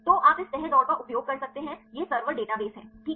तो आप इस तह दौड़ का उपयोग कर सकते हैं यह सर्वर डेटाबेस है ठीक है